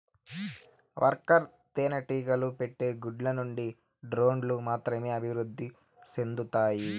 worker తేనెటీగలు పెట్టే గుడ్ల నుండి డ్రోన్లు మాత్రమే అభివృద్ధి సెందుతాయి